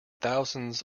thousands